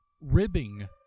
ribbing